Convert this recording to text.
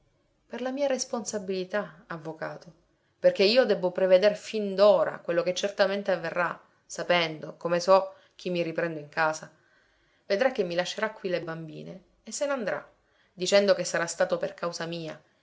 per la mia responsabilità avvocato perché io debbo preveder fin d'ora quello che certamente avverrà sapendo come so chi mi riprendo in casa vedrà che mi lascerà qui le bambine e se n'andrà dicendo che sarà stato per causa mia